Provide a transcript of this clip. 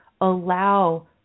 allow